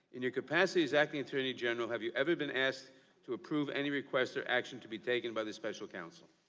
in your capacity as acting attorney general have you ever been asked to approve any requests or actions to be taken by the special counsel.